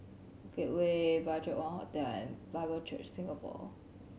Bukit Way BudgetOne Hotel and Bible Church Singapore